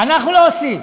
אנחנו לא עושים.